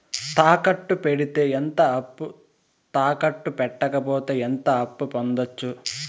తాకట్టు పెడితే ఎంత అప్పు, తాకట్టు పెట్టకపోతే ఎంత అప్పు పొందొచ్చు?